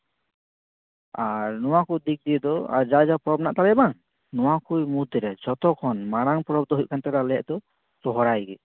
ᱟᱨ ᱱᱚᱣᱟᱠᱚ ᱫᱤᱠ ᱫᱤᱭᱮ ᱫᱚ ᱡᱟᱼᱡᱟ ᱯᱚᱨᱚᱵᱽ ᱢᱮᱱᱟᱜ ᱛᱟᱞᱮᱭᱟ ᱵᱟᱝ ᱚᱱᱟ ᱠᱚ ᱢᱩᱫᱽᱨᱮ ᱡᱷᱚᱛᱚ ᱠᱷᱚᱱ ᱢᱟᱲᱟᱝ ᱯᱚᱨᱚᱵᱽ ᱫᱚ ᱦᱩᱭᱩᱜ ᱠᱟᱱ ᱛᱟᱞᱮᱭᱟ ᱟᱞᱮᱭᱟᱜ ᱫᱚ ᱥᱚᱨᱦᱟᱭ ᱜᱮ